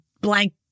blank